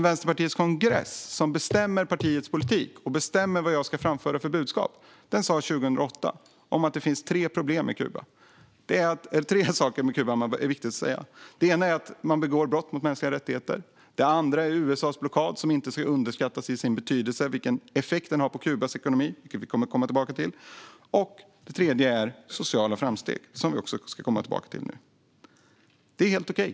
Vänsterpartiets kongress, som bestämmer partiets politik och som bestämmer vilket budskap jag ska framföra, sa dock 2008 att det finns tre saker med Kuba som är viktiga att nämna. Den ena är att Kuba begår brott mot mänskliga rättigheter. Den andra är USA:s blockad, vars betydelse för och effekt på Kubas ekonomi inte ska underskattas. Vi kommer att återkomma till detta. Den tredje saken är sociala framsteg, som vi också ska komma tillbaka till. Det är helt okej.